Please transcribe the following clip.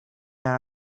out